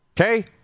Okay